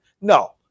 No